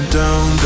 down